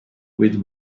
with